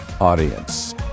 audience